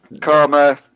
Karma